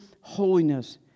holiness